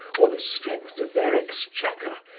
or the strength of their exchequer,